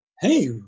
Hey